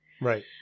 Right